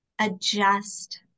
adjust